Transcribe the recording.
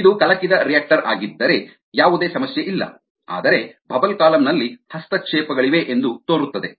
ಇದು ಕಲಕಿದ ರಿಯಾಕ್ಟರ್ ಆಗಿದ್ದರೆ ಯಾವುದೇ ಸಮಸ್ಯೆ ಇಲ್ಲ ಆದರೆ ಬಬಲ್ ಕಾಲಂ ನಲ್ಲಿ ಹಸ್ತಕ್ಷೇಪಗಳಿವೆ ಎಂದು ತೋರುತ್ತದೆ